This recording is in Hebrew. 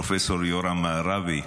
פרופ' יורם מערבי.